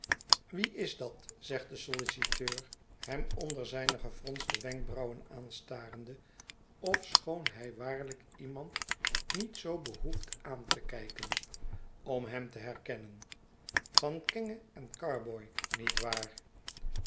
wie is dat zegt de solliciteur hem onder zijne gefronste wenkbrauwen aanstarende ofschoon hij waarlijk iemand niet zoo behoeft aan te kijken om hem te herkennen van kenge en carboy niet waar